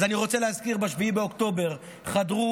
אז אני רוצה להזכיר שב-7 באוקטובר חדרו